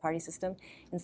party system in